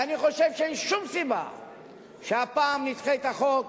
ואני חושב שאין שום סיבה שהפעם נדחה את החוק.